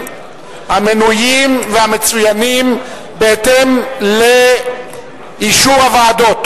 המנויים והמצוינים בהתאם לאישור הוועדות.